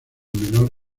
menor